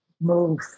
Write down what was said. move